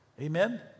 Amen